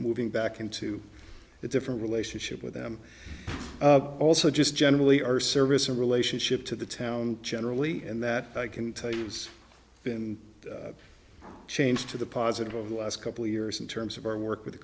moving back into a different relationship with them also just generally our service in relationship to the town generally and that i can tell you he's been changed to the positive over the last couple of years in terms of our work with the